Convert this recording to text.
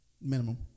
Minimum